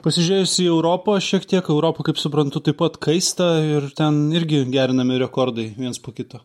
pasižiūrėjus į europą šiek tiek europa kaip suprantu taip pat kaista ir ten irgi gerinami rekordai viens po kito